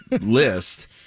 list